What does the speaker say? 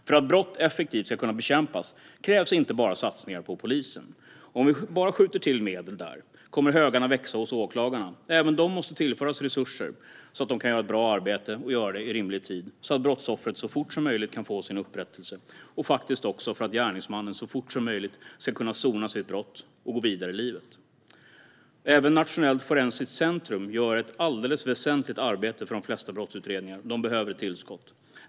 För att brott ska kunna bekämpas effektivt krävs inte bara satsningar på polisen. Om vi bara skjuter till medel där kommer högarna att växa hos åklagarna. Även de måste tillföras resurser, så att de kan göra ett bra arbete och på rimlig tid, så att brottsoffret kan få upprättelse så fort som möjligt, och faktiskt för att gärningsmannen så fort som möjligt ska kunna sona sitt brott och gå vidare i livet. Även Nationellt forensiskt centrum, som gör ett väsentligt arbete för de flesta brottsutredningar, behöver ett tillskott.